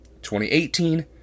2018